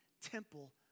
temple